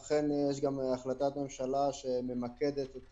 יש אכן גם החלטת ממשלה שממקדת את